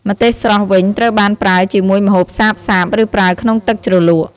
ម្ទេសស្រស់វិញត្រូវបានប្រើជាមួយម្ហូបសាបៗ ឬប្រើក្នុងទឹកជ្រលក់។